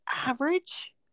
average